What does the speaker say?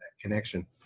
connection